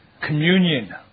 Communion